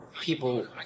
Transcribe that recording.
people